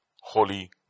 holy